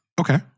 Okay